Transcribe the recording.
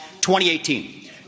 2018